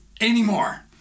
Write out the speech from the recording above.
anymore